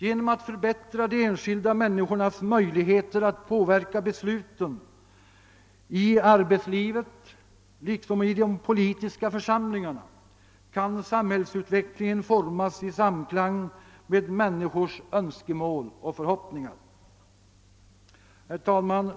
Genom att förbättra de enskilda människornas möjligheter att påverka besluten i arbetslivet liksom i de politiska församlingarna kan samhällsutvecklingen formas i samklang med människors önskemål och förhoppningar. Herr talman!